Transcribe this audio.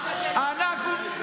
אנחנו,